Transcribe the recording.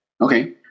Okay